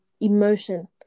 emotion